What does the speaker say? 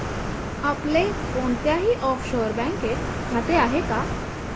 आपले कोणत्याही ऑफशोअर बँकेत खाते आहे का?